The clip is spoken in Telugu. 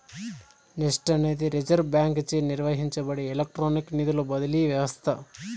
నెస్ట్ అనేది రిజర్వ్ బాంకీచే నిర్వహించబడే ఎలక్ట్రానిక్ నిధుల బదిలీ వ్యవస్త